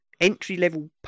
Entry-level